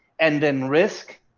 and then risk,